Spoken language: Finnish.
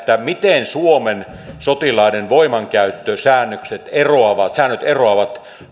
miten suomen sotilaiden voimankäyttösäännöt eroavat